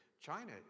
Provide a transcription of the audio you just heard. China